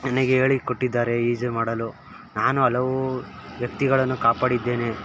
ನನಗೆ ಹೇಳಿ ಕೊಟ್ಟಿದ್ದಾರೆ ಈಜು ಮಾಡಲು ನಾನು ಹಲವು ವ್ಯಕ್ತಿಗಳನ್ನು ಕಾಪಾಡಿದ್ದೇನೆ